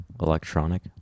electronic